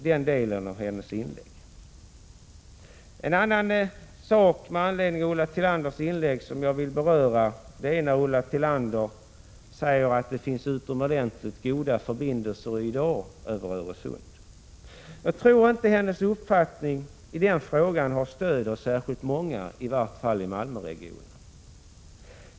Jag vill också beröra den del i Ulla Tillanders inlägg där hon sade att det i dag finns utomordentliga förbindelser över Öresund. Jag tror inte att hennes uppfattning i den frågan har stöd av särskilt många, i vart fall inte i Malmöregionen.